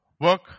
work